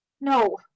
No